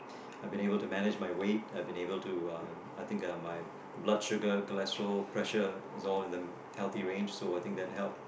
I've been able to manage my weight I've been able to uh I think my blood sugar cholesterol pressure is all in a healthy range so I think that helps